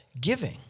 giving